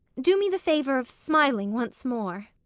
do me the favour of smiling once more!